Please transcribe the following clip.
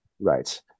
Right